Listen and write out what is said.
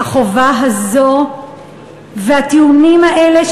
החובה הזאת והטיעונים האלה,